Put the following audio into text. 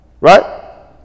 Right